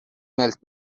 ملک